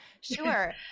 sure